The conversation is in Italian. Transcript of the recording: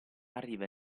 arriva